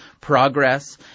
progress